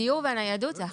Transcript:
הדיור והניידות זה עכשיו.